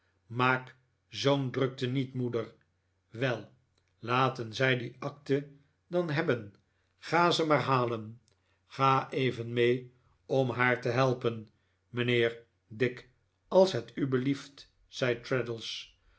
maak zoo'n drukte niet moeder wel laten zij die akte dan hebben ga ze maar halen ga even mee om haar te helpen mijnheer dick als het u belieft zei